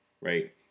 right